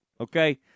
Okay